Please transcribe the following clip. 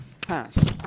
Pass